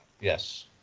Yes